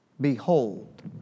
Behold